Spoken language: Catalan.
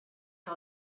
que